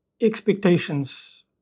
expectations